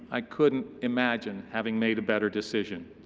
i couldn't imagine having made a better decision.